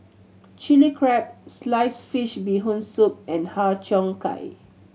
Chili Crab sliced fish Bee Hoon Soup and Har Cheong Gai